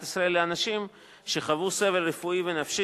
ישראל לאנשים שחוו סבל רפואי ונפשי